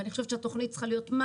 אני חושבת שהתוכנית צריכה להיות מה